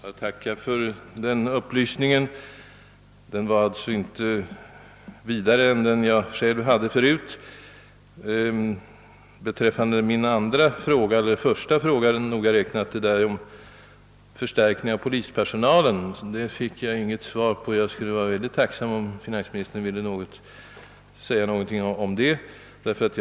Herr talman! Jag konstaterar att finansministerns replik inte gav mer information än den jag hade förut. På min första fråga — beträffande förstärkningen av polispersonalen — fick jag inget svar. Jag vore mycket tacksam om finansministern ville säga någonting även om den saken.